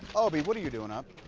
obie, what are you doing up?